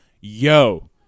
yo